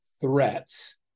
threats